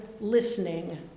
listening